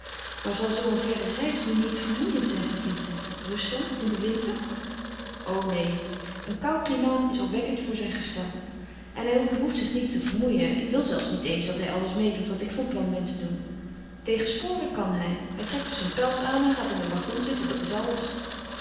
maar zal zoo een verre reis nu niet vermoeiend zijn voor vincent rusland in den winter o neen een koud klimaat is opwekkend voor zijn gestel en hij behoeft zich niet te vermoeien ik wil zelfs niet eens dat hij alles meêdoet wat ik van plan ben te doen tegen sporen kan hij hij trekt dus zijn pels aan en gaat in een waggon zitten dat is alles